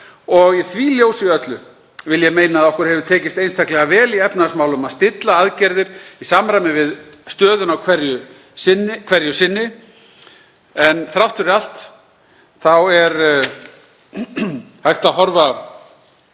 og í því ljósi öllu vil ég meina að okkur hafi tekist einstaklega vel í efnahagsmálum að stilla aðgerðir í samræmi við stöðuna á hverju sinni. Þrátt fyrir allt þá er hægt að horfa